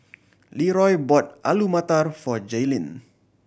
Leeroy bought Alu Matar for Jaelyn